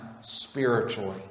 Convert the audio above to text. spiritually